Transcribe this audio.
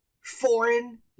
foreign